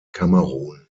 kamerun